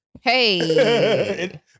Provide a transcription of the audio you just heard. Hey